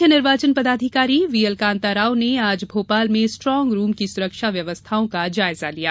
मुख्य निर्वाचन पदाधिकारी व्हीएल कांताराव ने आज भोपाल में स्ट्रांग रूम की सुरक्षा व्यवस्थाओं का जायजा लिया